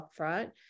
upfront